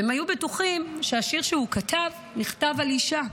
והם היו בטוחים שהשיר שהוא כתב נכתב על אישה.